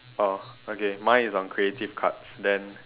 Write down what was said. oh okay mine is on creative cards then